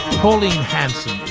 pauline hanson